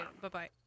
bye-bye